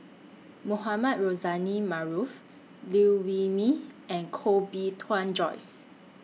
Mohamed Rozani Maarof Liew Wee Mee and Koh Bee Tuan Joyce